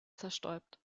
zerstäubt